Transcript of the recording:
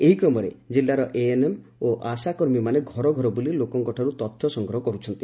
ଏହି କ୍ରମରେ କିଲ୍ଲାରେ ଏଏନ୍ଏମ୍ ଓ ଆଶା କର୍ମୀମାନେ ଘର ଘର ବୁଲି ଲୋକଙ୍ଙଠାରୁ ତଥ୍ୟ ସଂଗ୍ରହ କର୍ସଛନ୍ତି